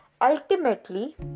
ultimately